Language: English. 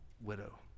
widow